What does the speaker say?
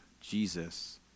Jesus